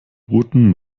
booten